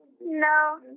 No